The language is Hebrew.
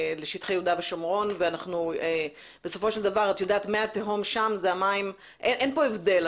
לשטחי יהודה ושומרון ובסופו של דבר אין כאן הבדל.